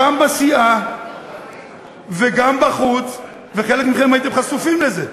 גם בסיעה וגם בחוץ, וחלק מכם הייתם חשופים לזה,